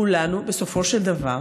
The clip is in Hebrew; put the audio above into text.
כולנו בסופו של דבר,